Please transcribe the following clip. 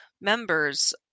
members